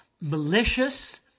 malicious